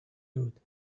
wood